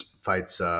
fights